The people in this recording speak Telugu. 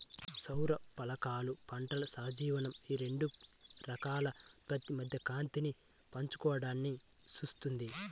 సౌర ఫలకాలు పంటల సహజీవనం ఈ రెండు రకాల ఉత్పత్తి మధ్య కాంతిని పంచుకోవడాన్ని సూచిస్తుంది